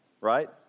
right